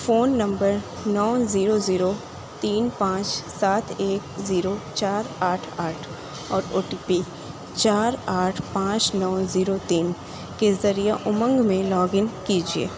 phone number نو zero zero تین پانچ سات ایک زیرو چار آٹھ آٹھ اور او ٹی پی چار آٹھ پانچ نو زیرو تین کے ذریعے امنگ میں لاگ ان کیجیے